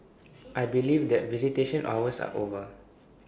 I believe that visitation hours are over